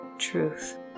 Truth